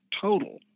total